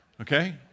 Okay